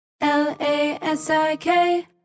L-A-S-I-K